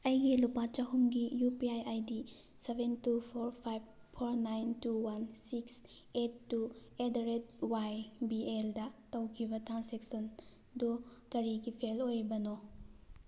ꯑꯩꯒꯤ ꯂꯨꯄꯥ ꯆꯍꯨꯝꯒꯤ U P I I D seven two four five four nine two one six eight two at the rate Y B ꯑꯦꯜꯗ ꯇꯧꯈꯤꯕ transaction ꯗꯨ ꯀꯔꯤꯒꯤ fail ꯑꯣꯏꯔꯤꯕꯅꯣ